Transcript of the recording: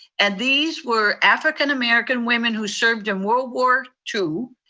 and these were african american women who served in world war two.